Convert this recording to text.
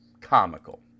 comical